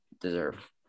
Deserve